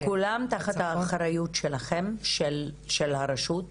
וכולם תחת האחריות שלכם, של הרשות והמשרד?